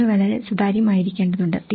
നിങ്ങൾ വളരെ സുതാര്യമായിരിക്കേണ്ടതുണ്ട്